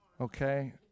Okay